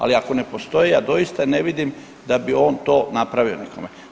Ali ako ne postoji ja doista ne vidim da bi on to napravio nekome.